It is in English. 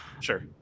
Sure